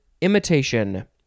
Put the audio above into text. imitation